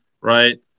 right